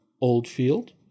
Oldfield